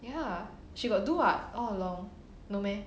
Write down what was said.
ya she got do [what] all along no meh